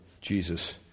Jesus